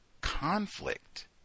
conflict